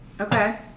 Okay